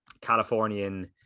Californian